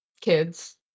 Kids